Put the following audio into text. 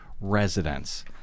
residents